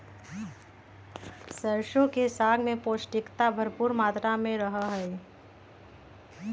सरसों के साग में पौष्टिकता भरपुर मात्रा में रहा हई